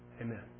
Amen